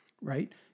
right